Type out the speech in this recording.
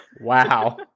Wow